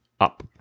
up